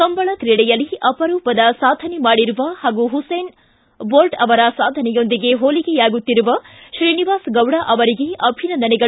ಕಂಬಳ ಕ್ರೀಡೆಯಲ್ಲಿ ಅಪರೂಪದ ಸಾಧನೆ ಮಾಡಿರುವ ಹಾಗೂ ಹುಸೇನ್ ಬೋಲ್ಟ್ ಅವರ ಸಾಧನೆಯೊಂದಿಗೆ ಹೋಲಿಕೆಯಾಗುತ್ತಿರುವ ತ್ರೀನಿವಾಸ್ ಗೌಡ ಅವರಿಗೆ ಅಭಿನಂದನೆಗಳು